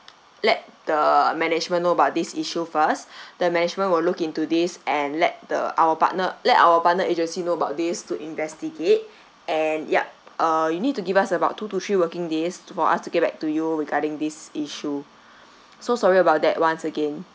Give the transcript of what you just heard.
let the management know about this issue first the management will look into this and let the our partner let our partner agencies know about this to investigate and yup uh you need to give us about two to three working days for us to get back to you regarding this issue so sorry about that once again